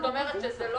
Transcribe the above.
איך את אומרת שזה לא?